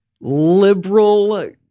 liberal